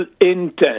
intent